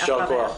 יישר כוח.